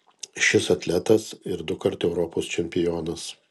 šis atletas ir dukart europos čempionas